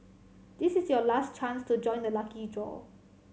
this is your last chance to join the lucky draw